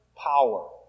power